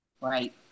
Right